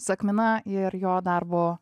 sekmina ir jo darbo